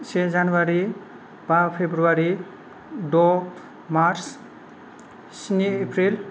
से जानुवारि बा फेब्रुआरि द' मार्च स्नि एप्रिल